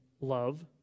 love